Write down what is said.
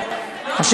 אין מתנגדים,